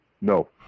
No